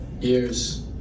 years